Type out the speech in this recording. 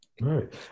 Right